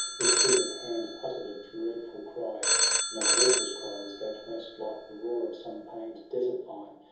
who stood at hand, utter'd a dreadful cry a no horse's cry was that, most like the roar of some pain'd desert-kon,